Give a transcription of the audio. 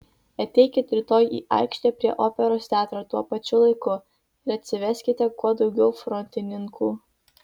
ateikit rytoj į aikštę prie operos teatro tuo pačiu laiku ir atsiveskite kuo daugiau frontininkų